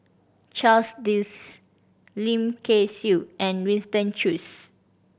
Charles Dyce Lim Kay Siu and Winston Choos